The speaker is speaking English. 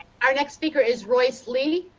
our next speaker is royce lee.